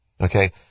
Okay